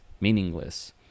meaningless